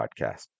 podcast